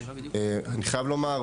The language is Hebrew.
אני חייב לומר,